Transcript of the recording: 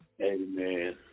amen